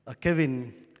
Kevin